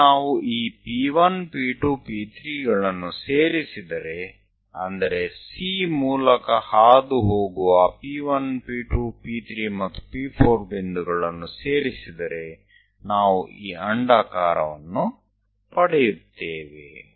ಒಮ್ಮೆ ನಾವು ಈ P 1 P 2 P 3 ಗಳನ್ನು ಸೇರಿಸಿದರೆ ಅಂದರೆ C ಮೂಲಕ ಹಾದುಹೋಗುವ P1 P2 P3 ಮತ್ತು P4 ಬಿಂದುಗಳನ್ನು ಸೇರಿಸಿದರೆ ನಾವು ಈ ಅಂಡಾಕಾರವನ್ನು ಪಡೆಯುತ್ತೇವೆ